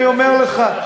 אני אומר לך,